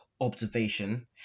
observation